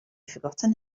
forgotten